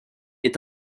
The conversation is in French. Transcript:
est